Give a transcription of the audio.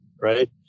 right